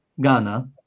Ghana